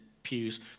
pews